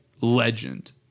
legend